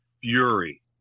fury